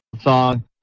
song